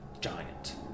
giant